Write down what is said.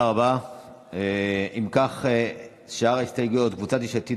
בקריאה הראשונה,